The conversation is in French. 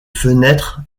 fenêtres